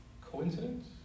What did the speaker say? Coincidence